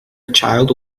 child